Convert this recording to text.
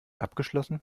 abgeschlossen